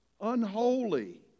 Unholy